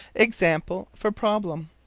example for problem.